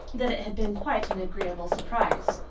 that it had been quite an agreeable surprise.